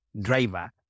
driver